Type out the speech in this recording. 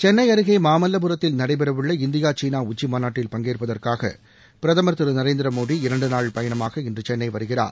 சென்னை அருகே மாமல்லபுரத்தில் நடைபெறவுள்ள இந்தியா சீனா உச்சிமாநாட்டில் பங்கேற்பதற்காக பிரதமர் திரு நரேந்திரமோடி இரண்டுநாள் பயணமாக இன்று சென்னை வருகிறார்